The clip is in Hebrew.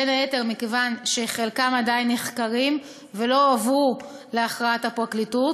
בין היתר מכיוון שחלקם עדיין נחקרים ולא הועברו להכרעת הפרקליטות,